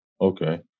Okay